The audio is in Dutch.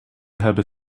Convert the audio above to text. hebben